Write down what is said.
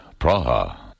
Praha